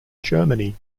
germany